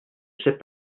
sait